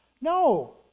No